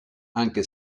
anche